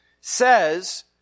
says